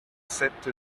sept